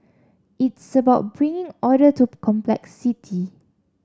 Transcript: it's about bringing order to complexity